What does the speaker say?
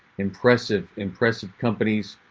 impressive, impressive companies.